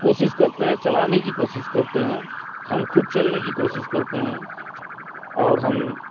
کوشس کرتے ہیں چلانے کی کوشس کرتے ہیں ہم خود چلنے کی کوشس کرتے ہیں اور ہم